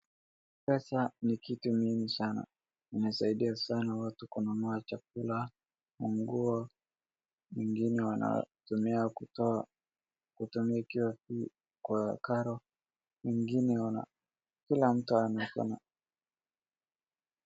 Pesa ni kitu muhimu sana, inasaidia sana watu kununua chakula, manguo, wengine wanatumia kutoa, kutumika kwa karo, wengine wana, kila mtu ana....